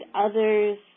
others